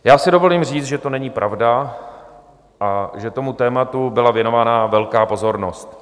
Já si dovolím říct, že to není pravda a že tomu tématu byla věnována velká pozornost.